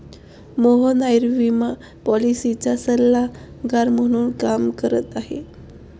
मोहन आयुर्विमा पॉलिसीचा सल्लागार म्हणून काम करत आहे